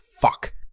fuck-